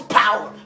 power